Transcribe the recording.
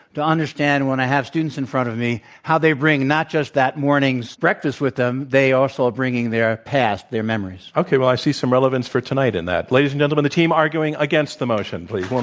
to understand when i have students in front of me, how they bring not just that morning's breakfast with them they also are so ah bringing their past, their memories. okay. well, i see some relevance for tonight in that. ladies and gentlemen, the team arguing against the motion, please.